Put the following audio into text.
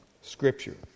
scripture